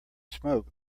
smoke